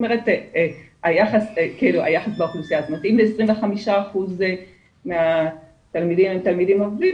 אם 25% מהתלמידים עם ערבים,